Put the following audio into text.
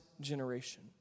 generation